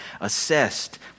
assessed